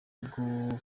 bwo